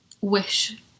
wish